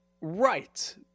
Right